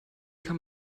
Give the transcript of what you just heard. kann